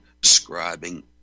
describing